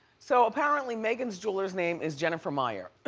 so apparently meghan's jeweler's name is jennifer meyer.